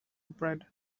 bread